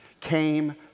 came